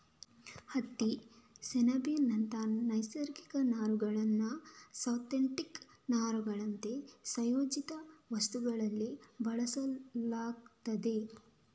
ಹತ್ತಿ, ಸೆಣಬಿನಂತ ನೈಸರ್ಗಿಕ ನಾರುಗಳನ್ನ ಸಿಂಥೆಟಿಕ್ ನಾರುಗಳಂತೆ ಸಂಯೋಜಿತ ವಸ್ತುಗಳಲ್ಲಿ ಬಳಸಲಾಗ್ತದೆ